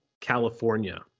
California